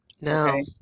no